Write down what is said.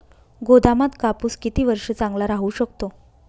गोदामात कापूस किती वर्ष चांगला राहू शकतो?